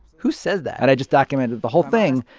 who says that? and i just documented the whole thing.